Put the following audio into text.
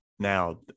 Now